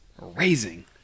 raising